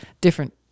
different